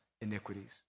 iniquities